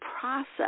process